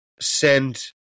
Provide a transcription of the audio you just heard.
send